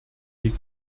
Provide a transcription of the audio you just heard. die